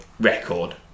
record